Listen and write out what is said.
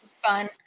fun